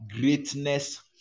greatness